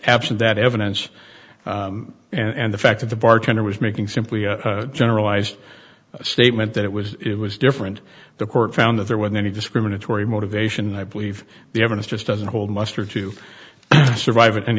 absent that evidence and the fact that the bartender was making simply a generalized statement that it was it was different the court found that there was any discriminatory motivation and i believe the evidence just doesn't hold muster to survive an